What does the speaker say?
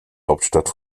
hauptstadt